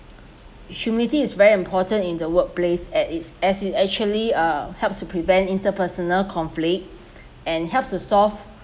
humility is very important in the workplace at it's as it actually ugh helps to prevent interpersonal conflict and helps to solve